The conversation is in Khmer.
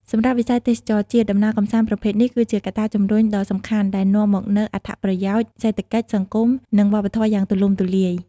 សម្រាប់វិស័យទេសចរណ៍ជាតិ ដំណើរកម្សាន្តប្រភេទនេះគឺជាកត្តាជំរុញដ៏សំខាន់ដែលនាំមកនូវអត្ថប្រយោជន៍សេដ្ឋកិច្ច សង្គម និងវប្បធម៌យ៉ាងទូលំទូលាយ។